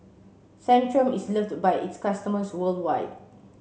Centrum is loved by its customers worldwide